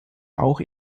auch